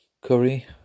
curry